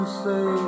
say